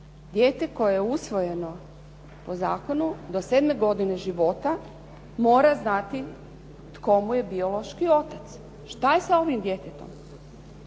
Dijete koje je usvojeno po zakonu do 7 godine života mora znati tko mu je biološki otac. Šta je sa ovim djetetom?